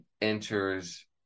enters